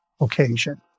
occasion